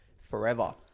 forever